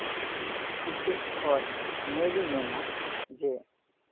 ᱤᱧ ᱥᱮᱡ ᱠᱷᱚᱡ ᱱᱤᱭᱟᱹᱜᱤᱧ ᱢᱮᱱᱟ ᱡᱮ